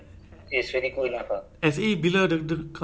S_E bila dia dia ah bila keluar ah when bila release